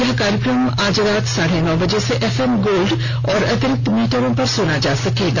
यह कार्यक्रम आज रात साढे नौ बजे से एफएम गोल्ड और अतिरिक्त मीटरों पर सुना जा सकता है